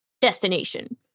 destination